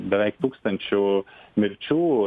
beveik tūkstančiu mirčių